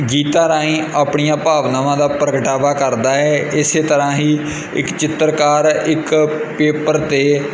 ਗੀਤਾਂ ਰਾਹੀਂ ਆਪਣੀਆਂ ਭਾਵਨਾਵਾਂ ਦਾ ਪ੍ਰਗਟਾਵਾ ਕਰਦਾ ਹੈ ਇਸੇ ਤਰ੍ਹਾਂ ਹੀ ਇੱਕ ਚਿੱਤਰਕਾਰ ਇੱਕ ਪੇਪਰ 'ਤੇ